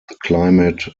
climate